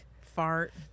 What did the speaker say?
Fart